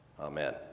Amen